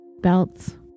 belts